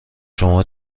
شما